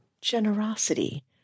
generosity